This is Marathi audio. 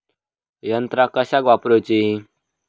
यंत्रा कशाक वापुरूची?